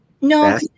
No